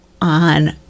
on